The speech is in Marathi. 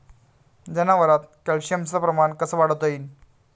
जनावरात कॅल्शियमचं प्रमान कस वाढवता येईन?